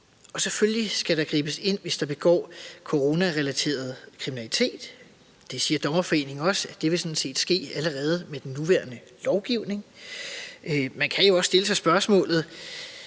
Selvfølgelig skal der gribes ind, hvis der begås coronarelateret kriminalitet, og det siger Dommerforeningen også, nemlig at det sådan set allerede vil ske med den nuværende lovgivning. Man kan jo også stille sig selv spørgsmålet,